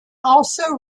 also